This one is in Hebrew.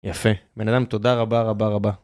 יפה, בנאדם תודה רבה רבה רבה.